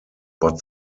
but